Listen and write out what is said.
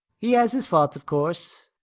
he has his faults of course.